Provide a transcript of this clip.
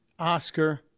oscar